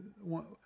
one